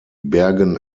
bergen